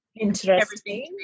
Interesting